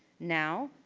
now,